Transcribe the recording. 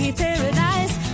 paradise